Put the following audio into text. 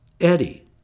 Eddie